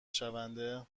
شونده